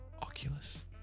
Oculus